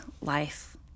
life